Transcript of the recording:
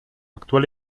actual